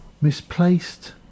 misplaced